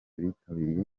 bitabiriye